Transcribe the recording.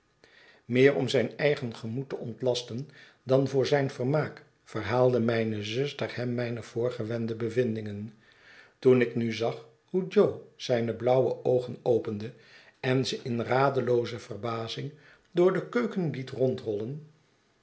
meer om haar eigen gemoed te ontlasten dan voor zijn vermaak verhaalde mijne zuster hern mijne voorgewende bevindingen toen ik nu zag hoe jo zijne blauwe oogen opende en ze in radelooze verbazing door de keuken liet